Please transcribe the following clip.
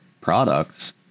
products